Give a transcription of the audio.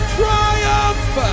triumph